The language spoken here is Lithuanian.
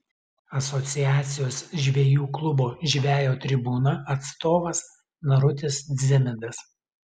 asociacijos žvejų klubo žvejo tribūna atstovas narutis dzimidas